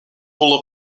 would